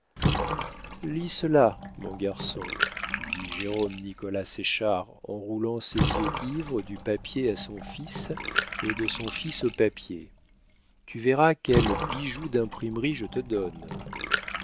lis cela mon garçon dit jérôme nicolas séchard en roulant ses yeux ivres du papier à son fils et de son fils au papier tu verras quel bijou d'imprimerie je te donne